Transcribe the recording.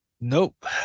Nope